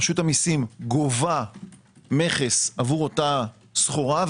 רשות המיסים גובה מכס עבור אותה סחורה,